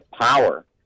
power